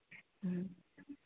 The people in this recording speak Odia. ହୁ